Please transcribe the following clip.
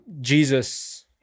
Jesus